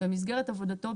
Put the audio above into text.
במסגרת עבודתו,